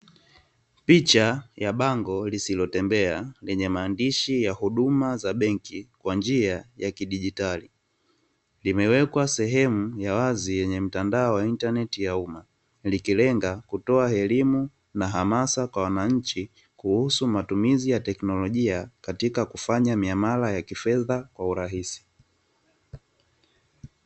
Picha ya bango lisilotembea lenye maandishi ya huduma za benki kwa njia ya kidigitali. Limewekwa sehemu ya wazi lenye mtandao wa intanenti ya umma, likilenga kutoa elimu na hamasa kwa wananchi kuhusu matumizi ya kitekinolojia katika kufanya miamala ya kifedha kwa urahisi.